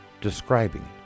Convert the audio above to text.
describing